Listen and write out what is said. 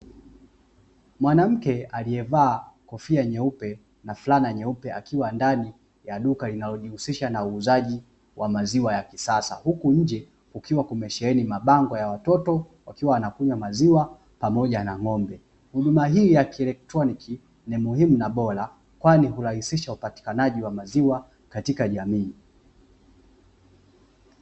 Mwanamke aliyevaa kofia nyeupe na fulana nyeupe akiwa ndani ya duka linalojihusisha na uuzaji wa maziwa ya kisasa, huku nje kukiwa kumesheheni mabango ya watoto wakiwa wanakunywa maziwa pamoja na ng'ombe, huduma hii kielektroniki ni muhimu na bora kwani hurahisisha upatikanaji wa maziwa katika jamii.